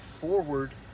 forward